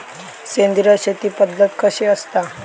सेंद्रिय शेती पद्धत कशी असता?